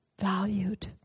Valued